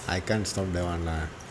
I can't stop that one lah